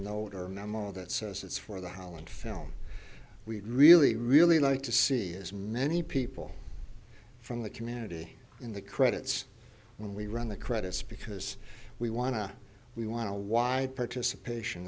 note or memo that says it's for the holland film we'd really really like to see as many people from the community in the credits when we run the credits because we want to we want to wide participation